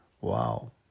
Wow